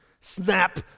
Snap